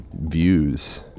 views